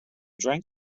drank